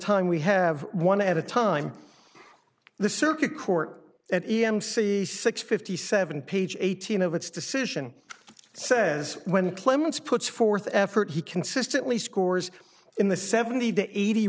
time we have one at a time the circuit court at e m c six fifty seven page eighteen of its decision says when clements puts forth effort he consistently scores in the seventy to eighty